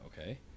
Okay